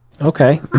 Okay